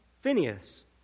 Phineas